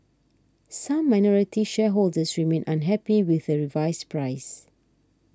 some minority shareholders remain unhappy with the revised price